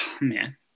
Man